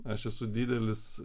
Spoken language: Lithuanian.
aš esu didelis